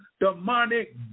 demonic